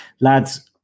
Lads